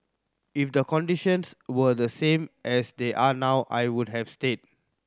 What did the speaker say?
if the conditions were the same as they are now I would have stayed